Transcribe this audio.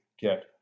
get